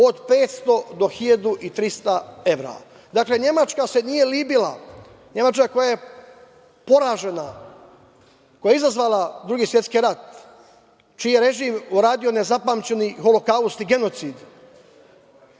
od 500 do 1300 evra. Dakle, Nemačka se nije libila, Nemačka koja je poražena, koja je izazvala Drugi svetski rat, čiji je režim uradio nezapamćeni Holokaust i genocid,